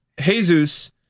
Jesus